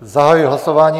Zahajuji hlasování.